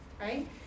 right